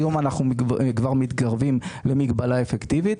היום אנחנו כבר מתקרבים למגבלה אפקטיבית,